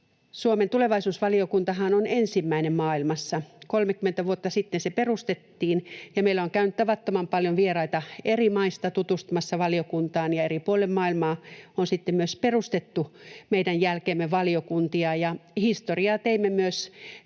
Suomen tulevaisuusvaliokuntahan on ensimmäinen maailmassa, 30 vuotta sitten se perustettiin. Meillä on käynyt tavattoman paljon vieraita eri maista tutustumassa valiokuntaan, ja eri puolille maailmaa on sitten myös meidän jälkeemme perustettu valiokuntia. Historiaa teimme myös